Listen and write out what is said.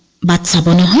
but